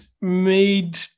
made